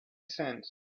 sense